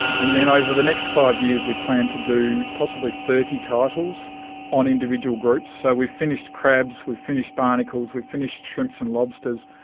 and then over the next five years we plan to do possibly thirty titles on individual groups. so we've finished crabs, we've finished barnacles, we've finished shrimps and lobsters,